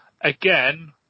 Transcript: again